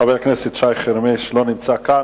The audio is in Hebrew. חבר הכנסת שי חרמש לא נמצא כאן.